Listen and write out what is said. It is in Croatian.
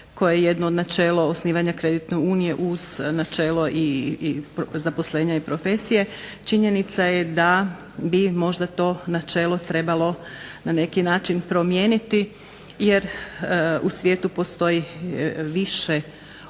koje je jedno od načela osnivanja kreditne unije uz načelo i zaposlenja i profesije činjenica je da bi možda to načelo trebalo na neki način promijeniti jer u svijetu postoji kreditna